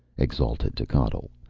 exulted techotl,